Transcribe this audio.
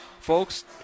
Folks